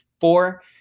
Four